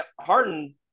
Harden